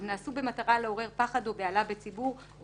"הם נעשו במטרה לעורר פחד ובהלה בציבור או